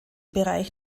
bereich